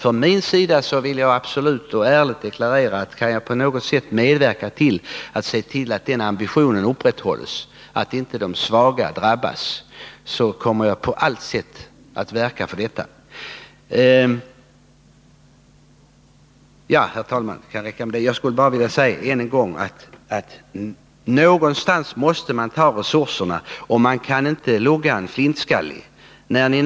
För min egen del vill jag ärligt deklarera att kan jag på något sätt medverka till att den ambitionen upprätthålls, att inte de svaga drabbas, kommer jag också att göra det. Någonstans måste man alltså ta resurserna. Man kan inte lugga en flintskallig.